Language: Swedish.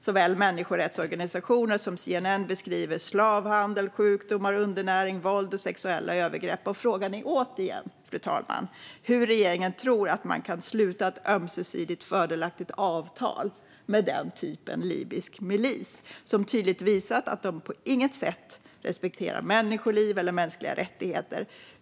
Såväl människorättsorganisationer som CNN beskriver slavhandel, sjukdomar, undernäring, våld och sexuella övergrepp. Frågan är återigen, fru talman, hur regeringen tror att man kan sluta ett ömsesidigt fördelaktigt avtal med denna typ av libysk milis, som tydligt visat att de på inget sätt respekterar människoliv eller mänskliga rättigheter.